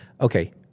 Okay